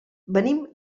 venim